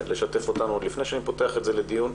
לשתף אותנו בהם לפני שאני פותח את הנושא לדיון.